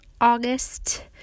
August